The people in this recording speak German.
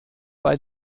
bei